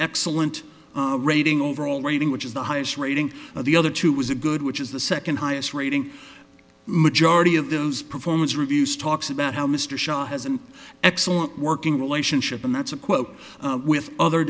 excellent rating overall rating which is the highest rating of the other two was a good which is the second highest rating majority of those performance reviews talks about how mr shah has an excellent working relationship and that's a quote with other